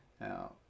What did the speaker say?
Now